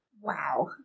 Wow